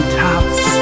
tops